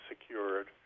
secured